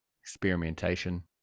experimentation